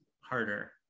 harder